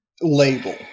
label